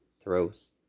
throws